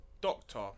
doctor